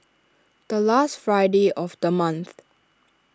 the last Friday of the month